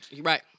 Right